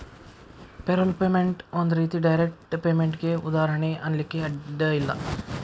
payroll payment ಒಂದ್ ರೇತಿ direct ಪೇಮೆನ್ಟಿಗೆ ಉದಾಹರ್ಣಿ ಅನ್ಲಿಕ್ಕೆ ಅಡ್ಡ ಇಲ್ಲ